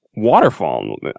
waterfall